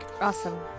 Awesome